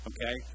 Okay